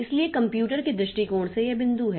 इसलिए कंप्यूटर के दृष्टिकोण से यह बिंदु है